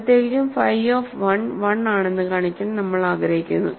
പ്രത്യേകിച്ചും phi of 1 1 ആണെന്ന് കാണിക്കാൻ നമ്മൾ ആഗ്രഹിക്കുന്നു